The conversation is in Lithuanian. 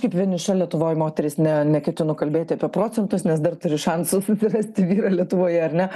kaip vieniša lietuvoj moteris ne neketinu kalbėti apie procentus nes dar turiu šansų susirasti vyrą lietuvoj ar ne